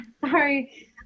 sorry